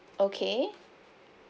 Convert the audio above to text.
okay